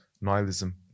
nihilism